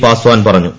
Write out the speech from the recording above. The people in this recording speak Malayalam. പാസ്വാൻ പറഞ്ഞു